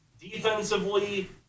defensively